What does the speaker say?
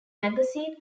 magazine